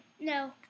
No